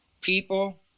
people